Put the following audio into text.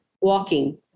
walking